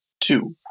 Two